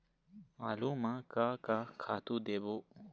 आलू म का का खातू देबो?